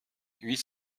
huit